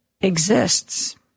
exists